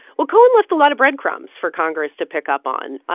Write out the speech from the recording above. well, cohen left a lot of breadcrumbs for congress to pick up on.